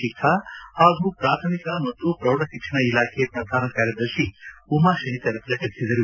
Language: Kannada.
ಶಿಖಾ ಹಾಗೂ ಪೂಥಮಿಕ ಮತ್ತು ಪ್ರೌಢ ಶಿಕ್ಷಣ ಇಲಾಖೆ ಪ್ರಧಾನ ಕಾರ್ಯದರ್ಶಿ ಉಮಾಶಂಕರ್ ಪ್ರಕಟಿಸಿದರು